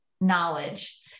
knowledge